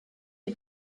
you